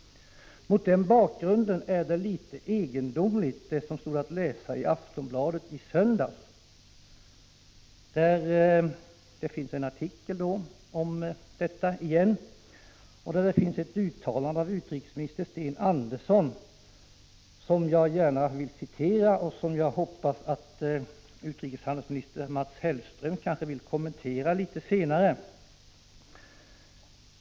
Mot den bakgrunden är det som stod att läsa i Aftonbladet i söndags litet egendomligt. I en artikel om Sydafrika fanns det ett uttalande av utrikesminister Sten Andersson som jag gärna vill citera. Jag hoppas att utrikeshandelsminister Mats Hellström vill kommentera det litet senare.